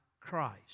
Christ